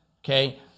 okay